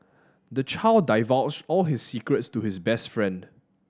the child divulged all his secrets to his best friend